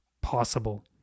possible